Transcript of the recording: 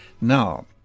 Now